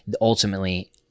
Ultimately